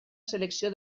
selecció